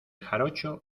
jarocho